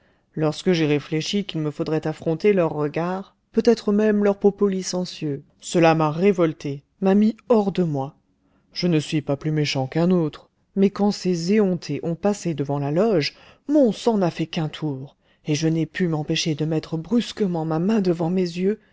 lorsque j'ai réfléchi qu'il me faudrait affronter leurs regards peut-être même leurs propos licencieux cela m'a révolté m'a mis hors de moi je ne suis pas plus méchant qu'un autre mais quand ces éhontés ont passé devant la loge mon sang n'a fait qu'un tour et je n'ai pu m'empêcher de mettre brusquement ma main devant mes yeux